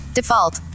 Default